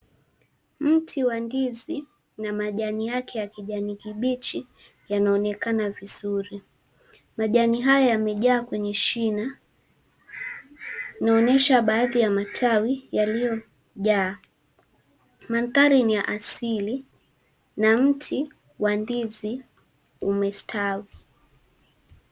Mti wa ndizi una majani yake ya kijani kibichi yanaonekana vizuri, majani haya yamejaa kwenye shina, inaonesha baadhi ya matawi yaliyojaa. Mandhari ni ya asili na mti wa ndizi umestawi.